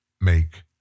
make